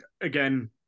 again